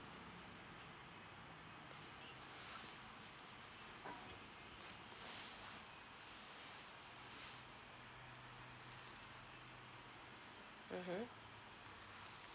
mmhmm